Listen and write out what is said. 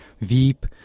Veep